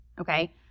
okay